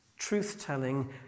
Truth-telling